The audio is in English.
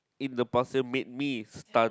in the passer made me stun